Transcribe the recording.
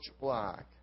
Black